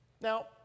Now